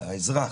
לאזרח.